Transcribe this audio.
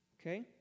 Okay